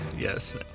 Yes